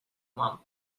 mum